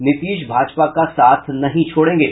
नीतीश भाजपा का साथ नहीं छोडेंगे